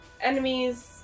enemies